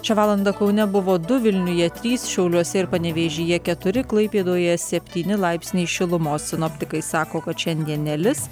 šią valandą kaune buvo du vilniuje trys šiauliuose ir panevėžyje keturi klaipėdoje septyni laipsniai šilumos sinoptikai sako kad šiandien nelis